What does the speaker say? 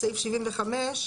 בסעיף 75,